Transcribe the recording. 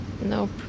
Nope